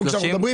לא, שום דבר.